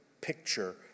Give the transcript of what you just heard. picture